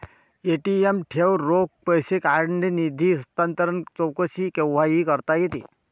ATM ठेव, रोख पैसे काढणे, निधी हस्तांतरण, चौकशी केव्हाही करता येते